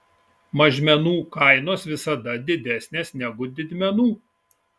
mažmenų kainos visada didesnės negu didmenų